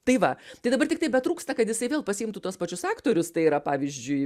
tai va tai dabar tiktai betrūksta kad jisai vėl pasiimtų tuos pačius aktorius tai yra pavyzdžiui